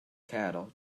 cattle